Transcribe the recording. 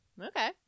Okay